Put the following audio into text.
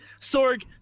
sorg